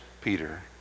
Peter